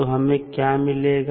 तो हमें क्या मिलेगा